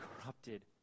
corrupted